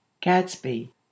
Gadsby